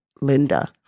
Linda